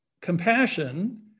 compassion